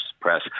Press